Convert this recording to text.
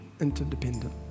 interdependent